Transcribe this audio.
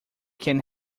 can